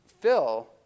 fill